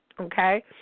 Okay